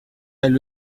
elle